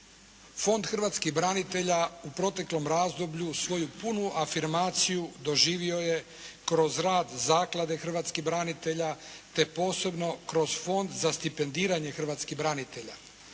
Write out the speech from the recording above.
Fond hrvatskih branitelja u proteklom razdoblju svoju punu afirmaciju doživio je kroz rad zaklade hrvatskih branitelja te posebno kroz Fond za stipendiranje hrvatskih branitelja.